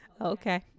Okay